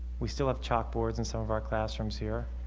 we still have chalkboards in some of our classrooms here